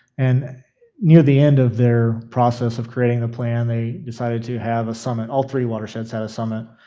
and near the end of their process of creating the plan, they decided to have a summit. all three watersheds had a summit.